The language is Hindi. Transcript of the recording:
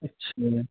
अच्छा